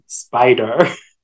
spider